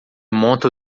monta